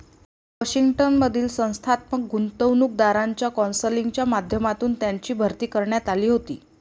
Washington मधील संस्थात्मक गुंतवणूकदारांच्या कौन्सिलच्या माध्यमातून त्यांची भरती करण्यात आली होती